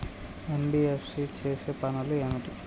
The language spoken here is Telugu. ఎన్.బి.ఎఫ్.సి చేసే పనులు ఏమిటి?